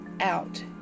out